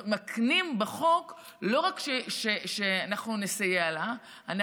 מקנים בחוק שלא רק שאנחנו נסייע לה,